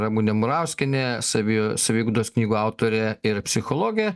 ramunė murauskienė savi saviugdos knygų autorė ir psichologė